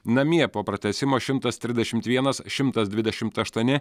namie po pratęsimo šimtas trisdešimt vienas šimtas dvidešimt aštuoni